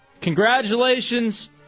Congratulations